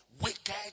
Wicked